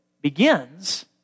begins